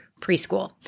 preschool